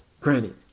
granted